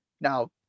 Now